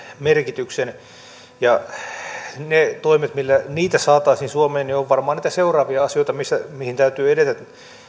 merkityksen ne toimet millä niitä saataisiin suomeen ovat varmaan niitä seuraavia asioita mihin täytyy edetä